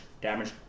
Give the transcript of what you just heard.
damage